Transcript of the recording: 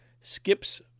skips